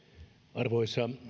arvoisa